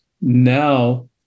now